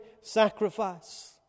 sacrifice